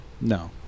No